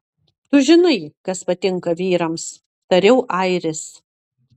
tu žinai kas patinka vyrams tariau airis